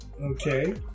Okay